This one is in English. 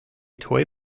toy